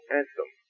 anthem